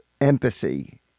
empathy